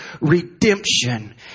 redemption